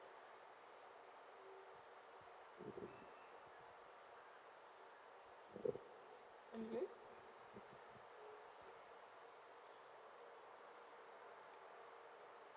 mmhmm